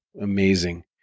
amazing